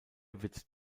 wird